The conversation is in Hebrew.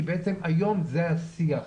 כי בעצם היום זה השיח אצלנו,